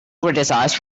criticized